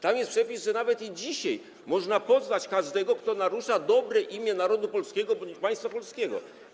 Tam jest przepis, że nawet i dzisiaj można pozwać każdego, kto narusza dobre imię narodu polskiego bądź państwa polskiego.